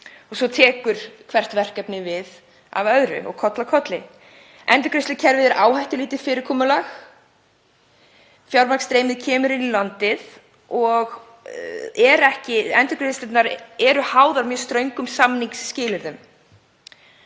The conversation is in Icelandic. Svo tekur hvert verkefnið við af öðru og koll af kolli. Endurgreiðslukerfið er áhættulítið fyrirkomulag. Fjármagnsstreymið kemur inn í landið og endurgreiðslurnar eru háðar mjög ströngum samningsskilyrðum.